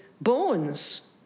bones